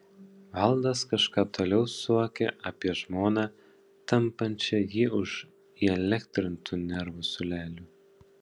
valdas kažką toliau suokė apie žmoną tampančią jį už įelektrintų nervų siūlelių